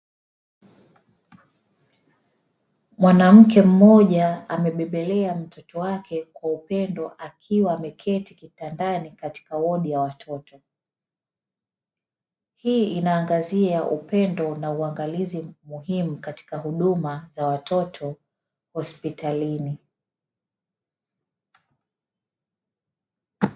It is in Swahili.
Mwanamke mmoja amebebelea mtoto wake kwa upendo, akiwa ameketi kitandani katika wodi ya watoto. Hii inaangazia upendo na uangalizi muhimu katika huduma za watoto hospitalini.